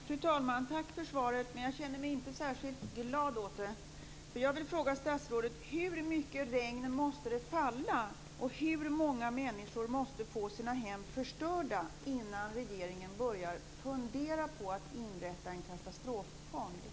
Fru talman! Jag tackar för svaret, men jag känner mig inte särskilt glad åt det. Jag vill fråga statsrådet: Hur mycket regn måste det falla, och hur många människor måste få sina hem förstörda, innan regeringen börjar fundera på att inrätta en katastroffond?